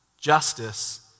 Justice